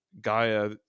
Gaia